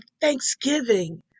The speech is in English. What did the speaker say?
thanksgiving